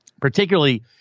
particularly